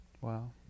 wow